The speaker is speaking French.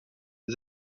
des